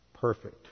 perfect